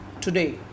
today